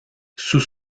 sous